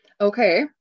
Okay